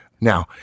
now